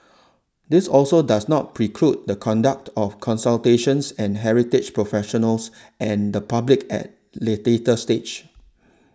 this also does not preclude the conduct of consultations and heritage professionals and the public at lay data stage